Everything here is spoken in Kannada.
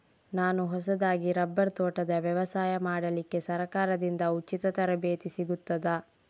ನಾನು ಹೊಸದಾಗಿ ರಬ್ಬರ್ ತೋಟದ ವ್ಯವಸಾಯ ಮಾಡಲಿಕ್ಕೆ ಸರಕಾರದಿಂದ ಉಚಿತ ತರಬೇತಿ ಸಿಗುತ್ತದಾ?